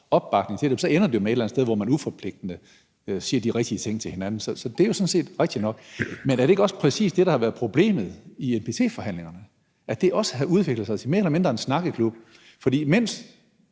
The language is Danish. opbakning til det, ender det jo med at være et eller andet sted, hvor man uforpligtende siger de rigtige ting til hinanden. Så det er jo sådan set rigtigt nok. Men er det ikke også præcis det, der har været problemet i NPT-forhandlingerne, nemlig at det også har udviklet sig til mere eller mindre at være en snakkeklub? For mens